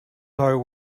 know